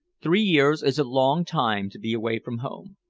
three years is a long time to be away from home.